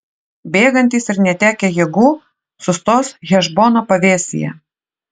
bėgantys ir netekę jėgų sustos hešbono pavėsyje